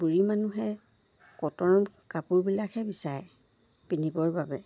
বুঢ়ী মানুহে কটন কাপোৰবিলাকহে বিচাৰে পিন্ধিবৰ বাবে